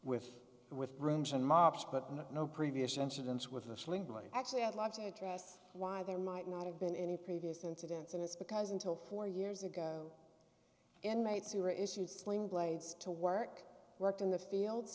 with with brooms and mops but no previous incidents with the sling boy actually i'd love to address why there might not have been any previous incidents and it's because until four years ago inmates who were issued sling blades to work worked in the fields